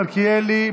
מיכאל מלכיאלי,